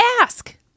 ask